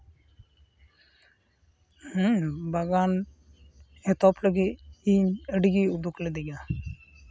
ᱦᱩᱸ ᱵᱟᱜᱟᱱ ᱮᱛᱚᱦᱚᱵ ᱞᱟᱹᱜᱤᱫ ᱤᱧ ᱟᱹᱰᱤ ᱜᱮ ᱩᱫᱽᱫᱳᱜᱽ ᱞᱮᱫ ᱜᱮᱭᱟ